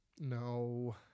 No